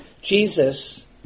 Jesus